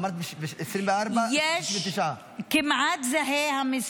אמרת שב-2024, 29. המספר כמעט זהה.